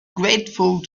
grateful